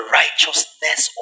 righteousness